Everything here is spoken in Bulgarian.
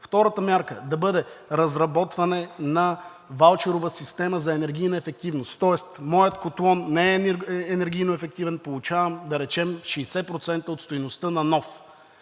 Втората мярка да бъде разработване на ваучерова система за енергийна ефективност, тоест моят котлон не е енергийно ефективен, получавам, да речем, 60% от стойността на нов.